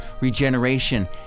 regeneration